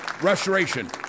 Restoration